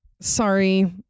sorry